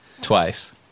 Twice